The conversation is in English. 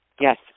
yes